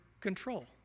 control